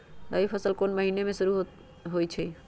रबी फसल कोंन कोंन महिना में होइ छइ?